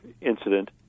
incident